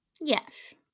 Yes